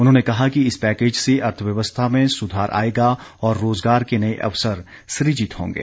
उन्होंने कहा कि इस पैकेज से अर्थव्यवस्था में सुधार आएगा और रोजगार के नए अवसर सुजित होंगे